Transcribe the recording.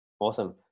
Awesome